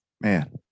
man